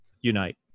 unite